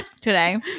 today